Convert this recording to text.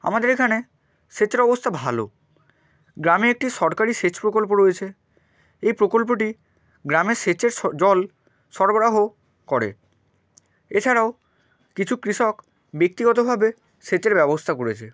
আমাদের এখানে সেচের অবস্থা ভালো গ্রামে একটি সরকারি সেচ প্রকল্প রয়েছে এই প্রকল্পটি গ্রামের সেচের জল সরবরাহ করে এছাড়াও কিছু কৃষক ব্যক্তিগতভাবে সেচের ব্যবস্থা করেছে